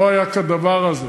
לא היה כדבר הזה.